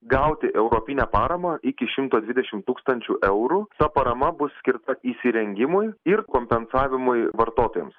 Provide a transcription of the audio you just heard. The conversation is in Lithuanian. gauti europinę paramą iki šimto dvidešimt tūkstančių eurų ta parama bus skirta įsirengimui ir kompensavimui vartotojams